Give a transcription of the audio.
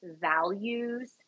values